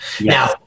Now